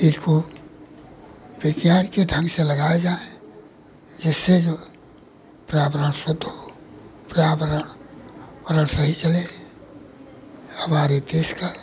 इनको विज्ञान के ढंग से लगाए जाए जिससे जो पर्यावरण शुद्ध हो पर्यावरण सही चले हमारे देश का